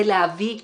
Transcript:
זה להביא פתרונות,